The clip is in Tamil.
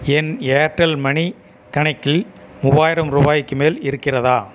என் ஏர்டெல் மணி கணக்கில் மூவாயிரம் ரூவாய்க்கு மேல் இருக்கிறதா